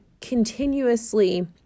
continuously